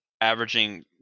Averaging